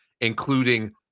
including